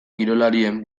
kirolarien